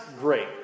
great